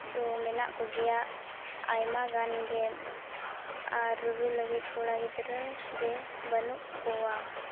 ᱫᱚ ᱢᱮᱱᱟᱜ ᱠᱚᱜᱮᱭᱟ ᱟᱭᱢᱟᱜᱟᱱ ᱜᱮ ᱟᱨ ᱨᱩᱨᱩ ᱞᱟᱹᱜᱤᱫ ᱠᱚᱲᱟ ᱜᱤᱫᱽᱨᱟᱹᱜᱮ ᱵᱟᱹᱱᱩᱜ ᱠᱚᱣᱟ